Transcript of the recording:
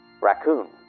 Raccoon